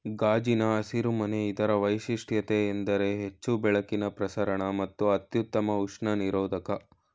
ಗಾಜಿನ ಹಸಿರು ಮನೆ ಇದ್ರ ವೈಶಿಷ್ಟ್ಯತೆಯೆಂದರೆ ಹೆಚ್ಚು ಬೆಳಕಿನ ಪ್ರಸರಣ ಮತ್ತು ಅತ್ಯುತ್ತಮ ಉಷ್ಣ ನಿರೋಧಕ